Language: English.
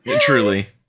Truly